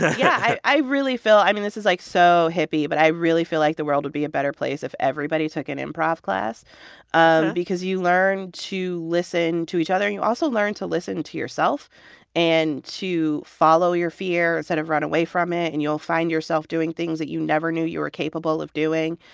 yeah, i i really feel i mean, this is, like, so hippie, but i really feel like the world would be a better place if everybody took an improv class um because you learn to listen to each other. and you also learn to listen to yourself and to follow your fear instead of run away from it. and you'll find yourself doing things that you never knew you were capable of doing.